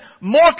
more